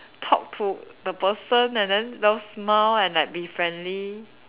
talk to the person and then just smile and like be friendly